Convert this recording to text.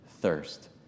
thirst